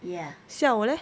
下午 leh